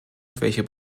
welche